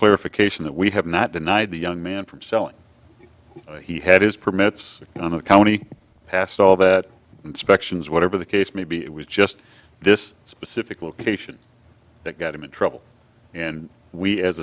clarification that we have not denied the young man from selling he had his permits on a county past all that inspections whatever the case may be it was just this specific location that got him in trouble and we as